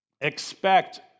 expect